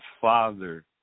father